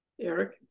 Eric